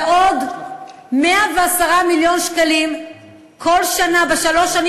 ועוד 110 מיליון שקלים כל שנה בשלוש השנים